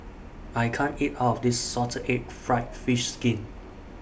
I can't eat All of This Salted Egg Fried Fish Skin